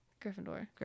Gryffindor